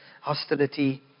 hostility